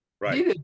Right